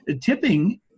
tipping